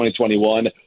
2021